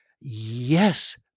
yes